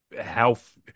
health